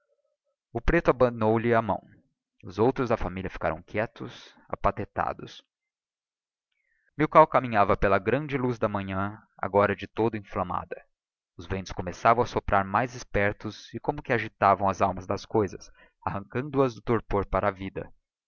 o preto abandonou ihe a mão os outros da familia ficaram quietos apatetados milkau caminhava pela grande luz da manhã agora de todo inflammada os ventos começavam a soprar mais espertos e como que agitavam as almas das coisas arrancando as do torpor para a vida